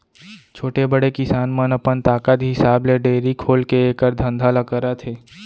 छोटे, बड़े किसान मन अपन ताकत हिसाब ले डेयरी खोलके एकर धंधा ल करत हें